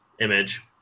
image